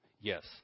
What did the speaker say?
Yes